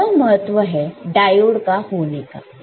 तो यह महत्व है डायोड का होने का